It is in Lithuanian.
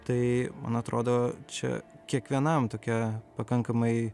tai man atrodo čia kiekvienam tokia pakankamai